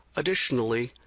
additionally,